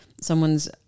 someone's